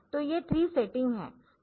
तो ये 3 सेटिंग है